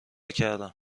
کردم